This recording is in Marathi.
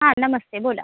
हां नमस्ते बोला